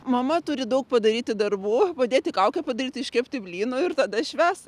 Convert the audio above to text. mama turi daug padaryti darbų padėti kaukę padaryti iškepti blynų ir tada švęst